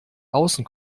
außen